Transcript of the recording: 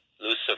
Lucifer